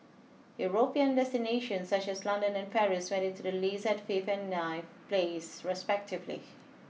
European destinations such as London and Paris made it to the list at fifth and ninth place respectively